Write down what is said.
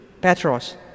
Petros